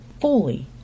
fully